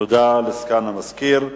תודה לסגן המזכיר.